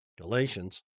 Galatians